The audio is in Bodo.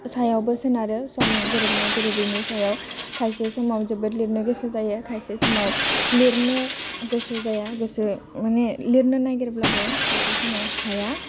सायावबो सोनारो सम गोरोबनाय गोरोबैनि सायाव खायसे समाव जोबोद लिरनो गोसो जायो खायसे समाव लिरनो गोसो जाया गोसो मानि लिरनो नागिरब्लाबो खायसे समाव हाया